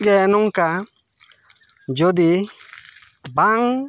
ᱜᱮ ᱱᱚᱝᱠᱟ ᱜᱮ ᱡᱚᱫᱤ ᱵᱟᱝ